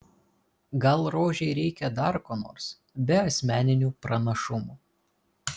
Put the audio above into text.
gal rožei reikia dar ko nors be asmeninių pranašumų